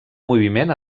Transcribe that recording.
moviment